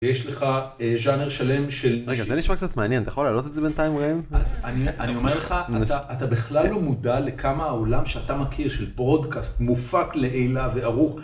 יש לך ג'אנר שלם של..רגע זה נשמע קצת מעניין אתה יכול לעלות את זה בינתיים אני אומר לך אתה בכלל לא מודע לכמה העולם שאתה מכיר של פרודקאסט מופק לעילה וערוך.